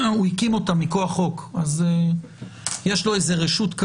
הוא הקים אותם מכוח חוק אז יש לו איזו מין רשות,